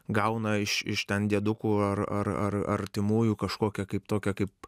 gauna iš iš ten diedukų ar ar ar artimųjų kažkokią kaip tokią kaip